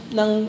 ng